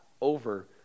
over